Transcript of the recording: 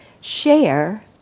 share